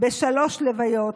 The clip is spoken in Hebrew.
בשלוש לוויות,